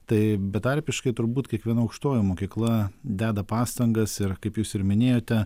tai betarpiškai turbūt kiekviena aukštoji mokykla deda pastangas ir kaip jūs ir minėjote